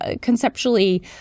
conceptually